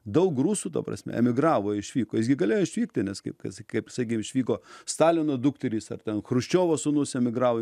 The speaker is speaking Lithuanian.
daug rusų ta prasme emigravo išvyko jis gi galėjo išvykti nes kaip kas kaip gi jisai išvyko stalino dukterys ar ten chruščiovo sūnus emigravo